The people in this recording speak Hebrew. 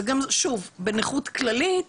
שוב, בנכות כללית,